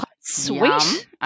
sweet